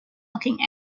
looking